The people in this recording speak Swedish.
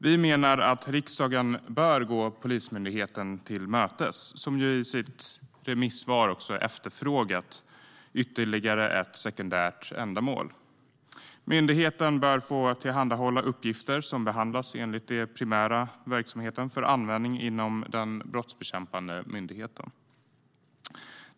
Vi menar att riksdagen bör gå Polismyndigheten till mötes, som ju i sitt remissvar efterfrågat ytterligare ett sekundärt ändamål. Myndigheten bör få tillhandahålla uppgifter som behandlas för den primära verksamheten för användning inom den brottsbekämpande delen av myndigheten.